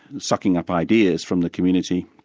sucking up ideas from the community,